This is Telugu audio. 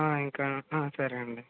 ఇంకా అండి ఇంకా సరే అండి